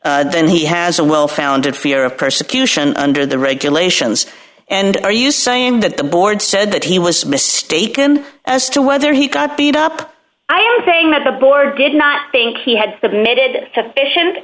then he has a well founded fear of persecution under the regulations and are you saying that the board said that he was mistaken as to whether he got beat up i am saying that the board did not think he had submitted